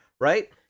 right